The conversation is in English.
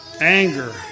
anger